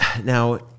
Now